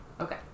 Okay